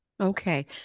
Okay